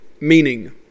meaning